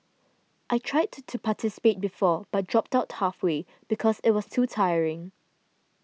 I tried to participate before but dropped out halfway because it was too tiring